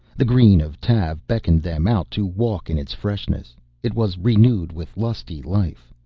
the green of tav beckoned them out to walk in its freshness it was renewed with lusty life.